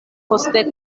poste